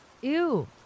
Ew